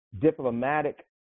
diplomatic